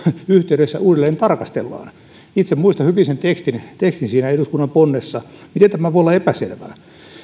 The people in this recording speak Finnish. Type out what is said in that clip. yhteydessä uudelleen tarkastellaan itse muistan hyvin sen tekstin tekstin siinä eduskunnan ponnessa miten tämä voi olla epäselvää